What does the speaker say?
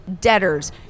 debtors